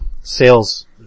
sales